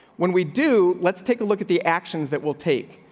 when we do, let's take a look at the actions that will take.